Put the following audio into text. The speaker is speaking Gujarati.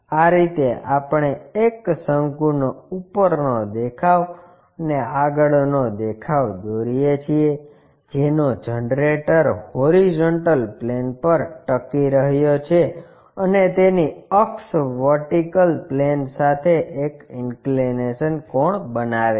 આ રીતે આપણે એક શંકુનો ઉપરનો દેખાવ અને આગળનો દેખાવ દોરીએ છીએ જેનો જનરેટર હોરીઝોન્ટલ પ્લેન પર ટકી રહ્યો છે અને તેની અક્ષ વર્ટિકલ પ્લેન સાથે એક ઈન્કલીનેશન કોણ બનાવે છે